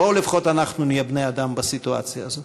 בואו לפחות אנחנו נהיה בני-אדם בסיטואציה הזאת.